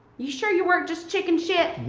you sure you weren't just chicken shit?